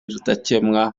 rudakemwa